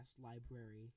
library